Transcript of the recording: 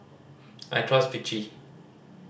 I trust Vichy